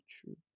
true